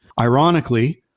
Ironically